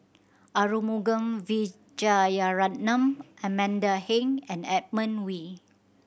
Arumugam Vijiaratnam Amanda Heng and Edmund Wee